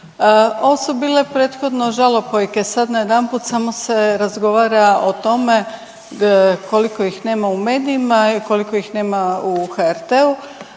ovo su bile prethodno žalopojke, sad najedanput samo se razgovara o tome koliko ih nema u medijima i koliko ih nema u HRT-u.